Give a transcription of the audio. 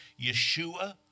Yeshua